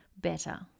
better